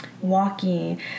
walking